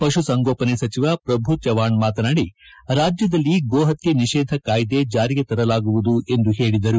ಪಶುಸಂಗೋಪನೆ ಸಚಿವ ಪ್ರಭು ಚವ್ವಾಣ್ ಮಾತನಾಡಿ ರಾಜ್ಯದಲ್ಲಿ ಗೋಹತ್ತೆ ನಿಷೇಧ ಕಾಯ್ದೆ ಜಾರಿಗೆ ತರಲಾಗುವುದು ಎಂದು ಹೇಳಿದರು